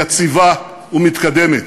יציבה ומתקדמת.